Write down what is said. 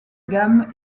gamme